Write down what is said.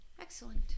Excellent